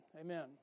Amen